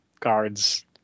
Guards